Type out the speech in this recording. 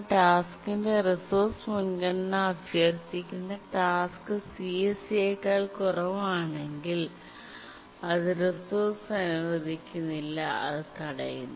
ടാസ്ക്കിന്റെ റിസോഴ്സ് മുൻഗണന അഭ്യർത്ഥിക്കുന്ന ടാസ്ക് CSCയെക്കാൾ കുറവാണെങ്കിൽ അത് റിസോഴ്സ് അനുവദിക്കുന്നില്ല അത് തടയുന്നു